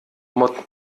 motten